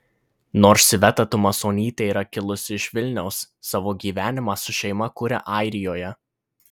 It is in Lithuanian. nors iveta tumasonytė yra kilusi iš vilniaus savo gyvenimą su šeima kuria airijoje